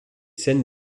scènes